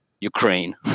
Ukraine